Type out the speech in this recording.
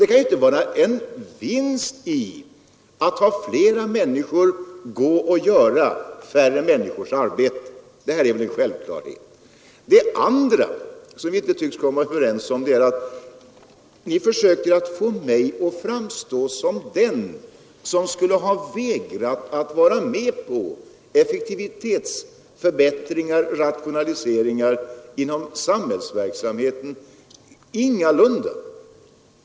Det kan inte vara en vinst att låta flera människor göra färre människors arbete. För det andra försöker ni att få mig att framstå såsom den som skulle ha vägrat att vara med på effektivitetsförbättringar och rationaliseringar inom samhällsverksamheten.